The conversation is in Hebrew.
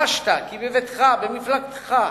חשת כי בביתך, במפלגתך,